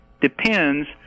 depends